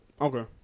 Okay